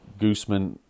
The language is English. Gooseman